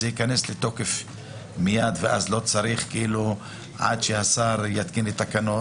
זה ייכנס לתוקף מיד ואז לא צריך שהשר יתקין תקנות